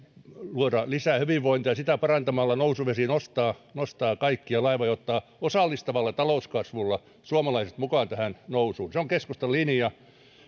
luoda lisää hyvinvointia sitä parantamalla nousuvesi nostaa nostaa kaikkia laivoja ja ottaa osallistavalla talouskasvulla suomalaiset mukaan tähän nousuun se on keskustan linja